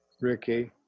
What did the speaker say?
Ricky